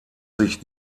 sich